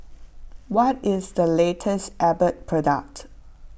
what is the latest Abbott product